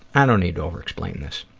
i don't need to over-explain this.